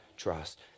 trust